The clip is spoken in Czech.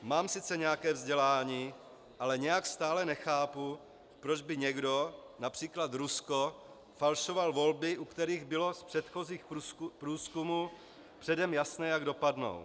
Mám sice nějaké vzdělání, ale nějak stále nechápu, proč by někdo, např. Rusko, falšoval volby, u kterých bylo z předchozích průzkumů předem jasné, jak dopadnou.